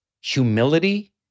humility